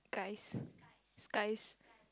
skies skies